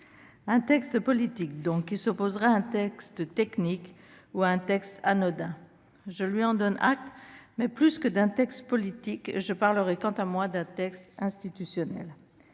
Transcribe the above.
ses yeux, « politique », par opposition à un texte technique ou anodin. Je lui en donne acte, mais, plus que d'un texte politique, je parlerai quant à moi d'un texte institutionnel.